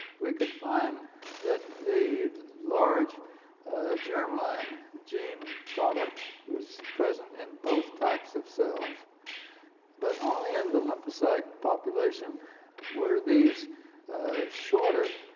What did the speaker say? we could find that the large germ line gene product was present in both types of cells but only in the lymphocyte population were these shorter,